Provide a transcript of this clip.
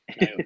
no